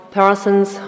persons